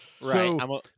Right